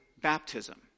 baptism